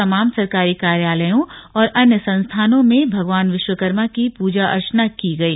इस अवसर पर तमाम सरकारी कार्यालयों और अन्य संस्थानों में भगवान विश्वकर्मा की पूजा अर्चना की गई